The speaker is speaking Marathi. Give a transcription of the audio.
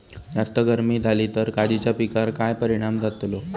जास्त गर्मी जाली तर काजीच्या पीकार काय परिणाम जतालो?